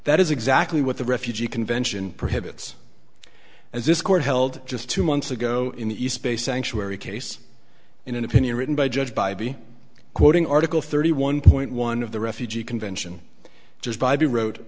that is exactly what the refugee convention prohibits as this court held just two months ago in the east bay sanctuary case in an opinion written by judge bybee quoting article thirty one point one of the refugee convention just by b